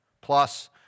Plus